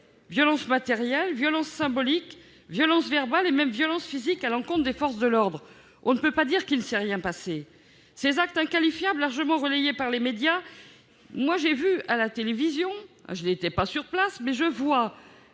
Violences matérielles, violences symboliques, violences verbales et même violences physiques à l'encontre des forces de l'ordre : on ne peut pas dire qu'il ne s'est rien passé ! Ces actes inqualifiables ont été largement relayés par les médias. Ainsi, j'ai vu à la télévision- sans donc être sur place -un magasin